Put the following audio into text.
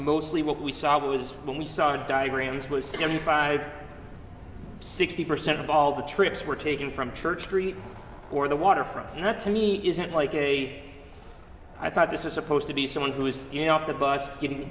mostly what we saw was when we saw the diagrams was seventy five sixty percent of all the trips were taken from church street or the waterfront and that to me isn't like a i thought this is supposed to be someone who is in off the bus getting